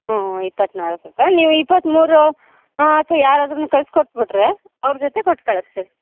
ಹ್ಞೂ ಇಪ್ಪತ್ನಾಲ್ಕಕ್ಕೆ ನೀವು ಇಪ್ಪತ್ಮೂರು ಹಾಂ ಅಥ್ವಾ ಯಾರಾದ್ರೂ ಕಳಿಸ್ಕೊಟ್ಬಿಟ್ಟರೆ ಅವ್ರ ಜೊತೆ ಕೊಟ್ಟು ಕಳ್ಸ್ತೀವಿ